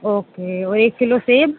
okay اور ایک kilo سیب